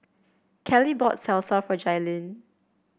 Keli bought Salsa for Jailene